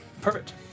Perfect